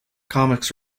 comics